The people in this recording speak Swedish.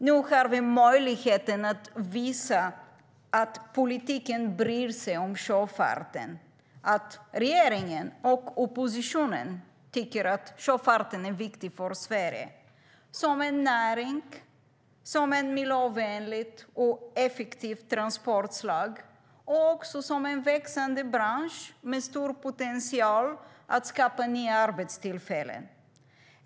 Nu har vi möjlighet att visa att politiken bryr sig om sjöfarten, att regeringen och oppositionen tycker att sjöfarten är viktig för Sverige, som en näring, som ett miljövänligt och effektivt transportslag och också som en växande bransch med stor potential för att skaffa nya arbetstillfällen.